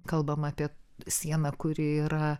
kalbam apie sieną kuri yra